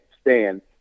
stand